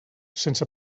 sense